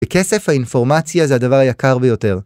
וכסף האינפורמציה זה הדבר היקר ביותר.